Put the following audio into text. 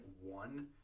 one